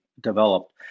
developed